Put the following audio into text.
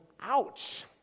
ouch